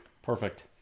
Perfect